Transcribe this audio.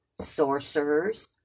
sorcerers